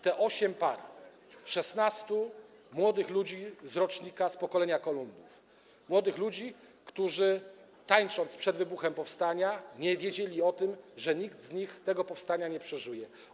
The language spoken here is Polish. To osiem par, 16 młodych ludzi z rocznika, z pokolenia Kolumbów, młodych ludzi, którzy tańcząc przed wybuchem powstania, nie wiedzieli o tym, że nikt z nich tego powstania nie przeżyje.